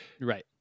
right